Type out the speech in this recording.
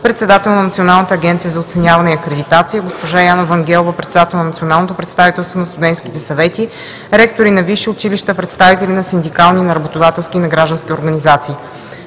председател на Националната агенция за оценяване и акредитация, госпожа Яна Вангелова – председател на Националното представителство на студентските съвети, ректори на висши училища, представители на синдикални, на работодателски и на граждански организации.